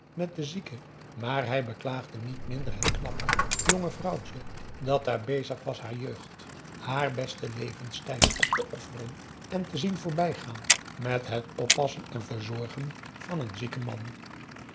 met den zieke maar hij beklaagde niet minder het knappe jonge vrouwtje dat daar bezig was haar jeugd haar besten levenstijd op te offeren en te zien voorbijgaan met het oppassen en verzorgen van een zieken man